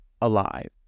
alive